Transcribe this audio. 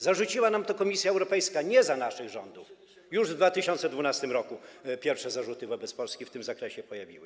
Zarzuciła nam to Komisja Europejska nie za naszych rządów, już w 2012 r. pierwsze zarzuty wobec Polski w tym zakresie się pojawiły.